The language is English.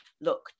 look